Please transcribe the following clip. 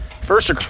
First